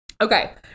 Okay